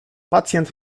pacjent